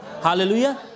hallelujah